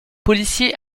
policier